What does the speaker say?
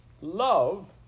Love